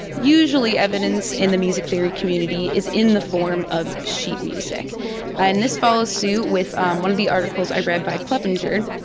usually evidence in the music theory community is in the form of sheet music and this follows suit with one of the articles i read by cleppenger.